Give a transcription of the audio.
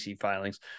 filings